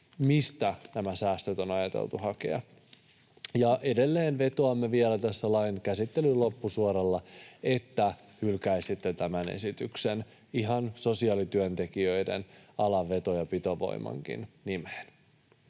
mistä nämä säästöt on ajateltu hakea? Edelleen vetoamme vielä tässä lain käsittelyn loppusuoralla, että hylkäisitte tämän esityksen, ihan sosiaalityöntekijöiden alan veto- ja pitovoimankin nimeen.